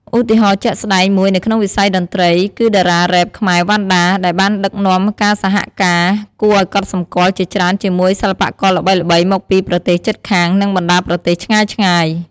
ឧទាហរណ៍ជាក់ស្ដែងមួយនៅក្នុងវិស័យតន្ត្រី គឺតារារ៉េបខ្មែរ វណ្ណដា ដែលបានដឹកនាំការសហការគួរឱ្យកត់សម្គាល់ជាច្រើនជាមួយសិល្បករល្បីៗមកពីប្រទេសជិតខាង និងបណ្ដាប្រទេសឆ្ងាយៗ។